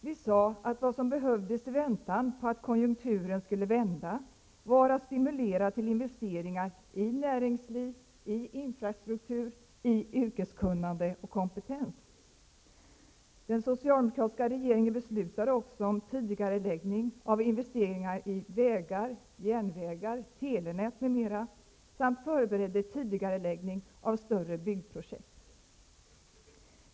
Vi sade att vad som behövdes i väntan på att konjunkturen skulle vända var stimulans till investeringar i näringsliv, i infrastruktur och i yrkeskunnande och kompetens. Den socialdemokratiska regeringen beslutade också om tidigareläggning av investeringar i vägar, järnvägar, telenät m.m. samt förberedde tidigareläggning av större byggprojekt.